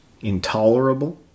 intolerable